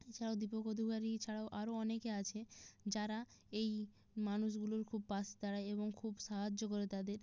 এছাড়াও দীপক অধিকারী ছাড়াও আরও অনেকে আছে যারা এই মানুষগুলোর খুব পাশে দাঁড়ায় এবং খুব সাহায্য করে তাদের